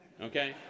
okay